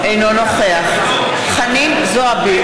אינו נוכח חנין זועבי,